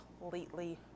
completely